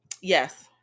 Yes